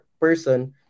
person